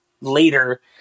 later